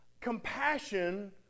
Compassion